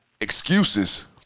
excuses